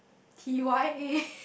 T Y A